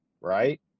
right